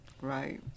Right